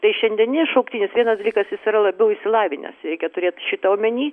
tai šiandieninis šauktinis vienas dalykas jis yra labiau išsilavinęs reikia turėt šitą omeny